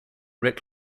rick